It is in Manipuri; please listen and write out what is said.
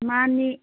ꯃꯥꯅꯤ